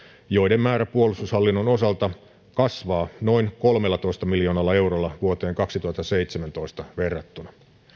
joiden määrä puolustushallinnon osalta kasvaa noin kolmellatoista miljoonalla eurolla vuoteen kaksituhattaseitsemäntoista verrattuna